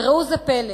וראו זה פלא,